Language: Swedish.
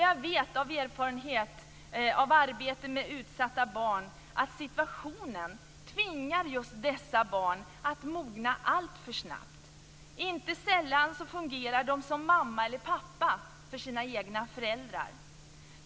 Jag vet av erfarenhet från arbete med utsatta barn att situationen tvingar just dessa barn att mogna alltför snabbt. Inte sällan fungerar de som mamma eller pappa för sina egna föräldrar.